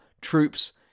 troops